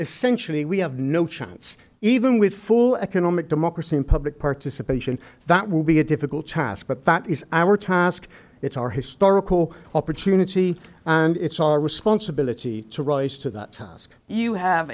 essentially we have no chance even with full economic democracy and public participation that will be a difficult task but that is our task it's our historical opportunity and it's our responsibility to rise to that task you have